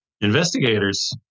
investigators